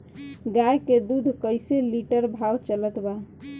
गाय के दूध कइसे लिटर भाव चलत बा?